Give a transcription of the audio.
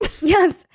Yes